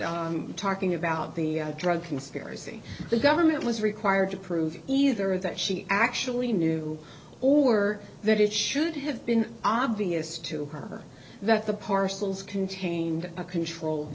with talking about the drug conspiracy the government was required to prove either that she actually knew or that it should have been obvious to her that the parcels contained a controlled